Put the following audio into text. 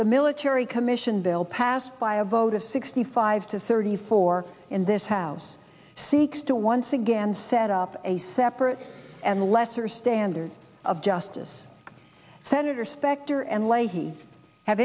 the military commission bill passed by a vote of sixty five to thirty four in this house seeks to once again set up a separate and lesser standard of justice senator specter and leahy have